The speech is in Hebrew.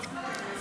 להעביר